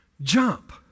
jump